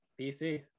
PC